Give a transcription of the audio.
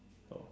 oh